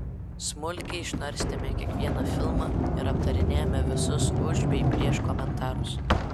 smulkiai išnarstėme kiekvieną filmą ir aptarinėjome visus už bei prieš komentarus